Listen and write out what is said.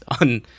on